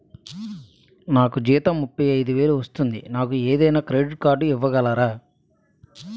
నాకు జీతం ముప్పై ఐదు వేలు వస్తుంది నాకు ఏదైనా క్రెడిట్ కార్డ్ ఇవ్వగలరా?